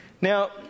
Now